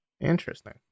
Interesting